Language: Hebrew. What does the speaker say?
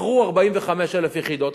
מכרו 45,000 יחידות.